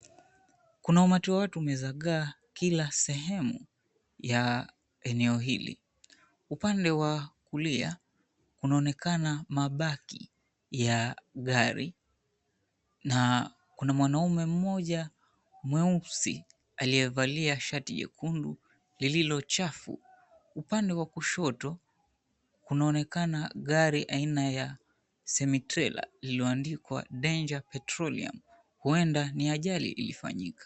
Kuna umati wa watu umezagaa kila sehemu ya eneo hili , upande wa kulia kunaonekana mabaki ya gari na kuna mwanaume mmoja mweusi aliyevalia shati nyekundu lililochafu. Upande wa kushoto kunaonekana gari aina ya Semi trailer iliyoandikwa DANGER PETROLEUM huenda ni ajali ilifanyika.